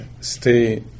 stay